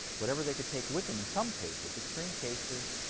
whatever they could take with them, in some cases, extreme cases,